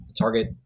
target